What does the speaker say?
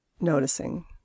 noticing